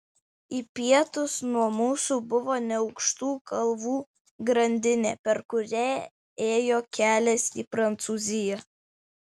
į pietus nuo mūsų buvo neaukštų kalvų grandinė per kurią ėjo kelias į prancūziją